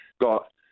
got